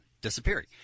disappearing